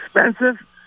expensive